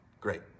Great